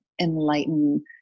enlighten